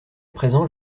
présent